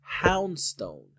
Houndstone